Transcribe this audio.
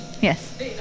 yes